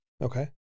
Okay